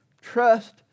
Trust